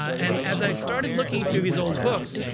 and as i started looking through these old books,